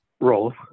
role